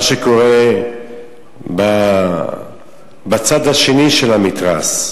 מה שקורה בצד השני של המתרס.